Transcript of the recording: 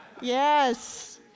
Yes